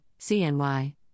CNY